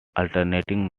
alternating